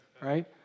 right